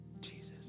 Jesus